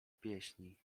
pieśni